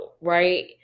right